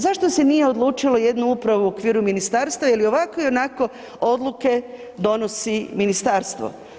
Zašto se nije odlučilo jednu upravu u okviru ministarstva jer iovako ionako odluke donosi ministarstvo?